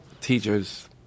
teachers